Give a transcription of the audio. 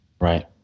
Right